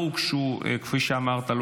כפי שאמרת,